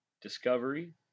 Discovery